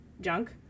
junk